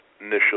initial